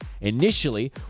Initially